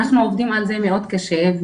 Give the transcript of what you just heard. אנחנו עובדים על זה מאוד קשה.